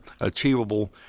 achievable